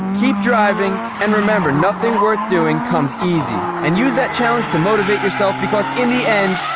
keep driving and remember, nothing worth doing comes easy and use that challenge to motivate yourself because in the end,